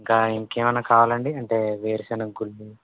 ఇంకా ఇంకేవైనా కావాలండి అంటే వేరుశెనగుళ్ళు